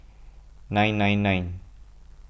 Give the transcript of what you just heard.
nine nine nine